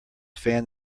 fan